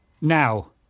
now